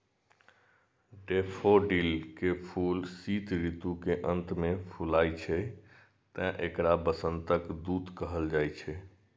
daffodil के फूल शीत ऋतु के अंत मे फुलाय छै, तें एकरा वसंतक दूत कहल जाइ छै